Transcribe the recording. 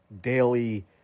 daily